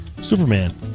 Superman